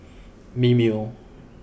Mimeo